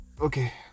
okay